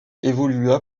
évolua